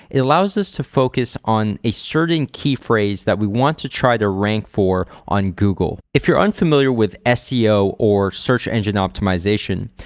it allows us to focus on a certain key phrase that we want to try to rank for on google. if you're unfamiliar with seo or search engine optimization,